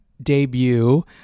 debut